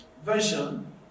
Version